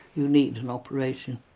you need an operation